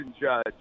Judge